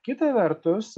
kita vertus